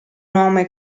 nome